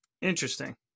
Interesting